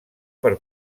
per